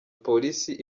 polisi